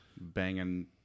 banging